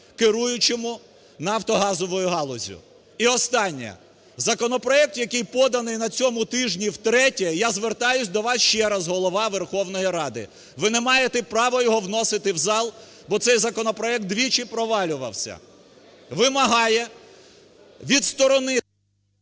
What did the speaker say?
керуючому нафтогазовою галуззю. І останнє. Законопроект, який поданий на цьому тижні втретє, я звертаюсь до вас ще раз, Голово Верховної Ради, ви не маєте права його вносити в зал, бо цей законопроект двічі провалювався. Вимагаю відсторонити…